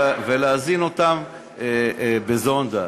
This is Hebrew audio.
להזין אותם בזונדה.